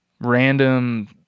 random